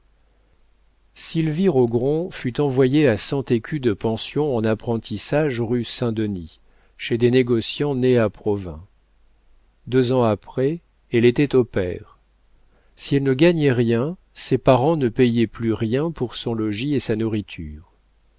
sylvie rogron fut envoyée à cent écus de pension en apprentissage rue saint-denis chez des négociants nés à provins deux ans après elle était au pair si elle ne gagnait rien ses parents ne payaient plus rien pour son logis et sa nourriture